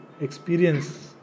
experience